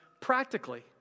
practically